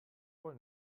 wohl